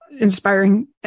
inspiring